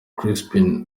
crispin